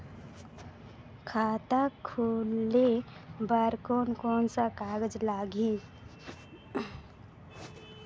खाता खुले बार कोन कोन सा कागज़ लगही?